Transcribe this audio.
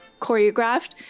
choreographed